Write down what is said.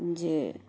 जे